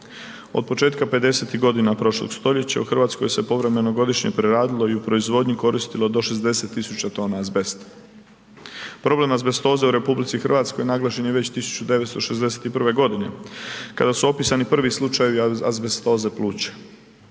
Od početka pedesetih godina prošlog stoljeća u Hrvatskoj se povremeno godišnje preradilo i u proizvodnji koristilo do 60 tisuća tona azbesta. Problem azbestoze u RH naglašen je već 1961. godine kada su opisani prvi slučajevi azbestoze pluća.